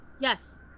Yes